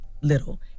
little